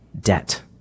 debt